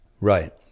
Right